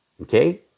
Okay